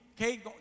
Okay